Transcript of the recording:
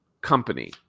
Company